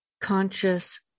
conscious